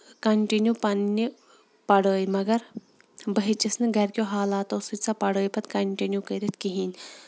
continue پَنٕنہِ پَڑٲے مَگر بہٕ ہیٚچِس نہٕ گرِ کیٚو حالاتو سۭتۍ سۄ پَڑٲے پَتہٕ کَنٹِنیو کٔرِتھ کِہینۍ